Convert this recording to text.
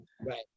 right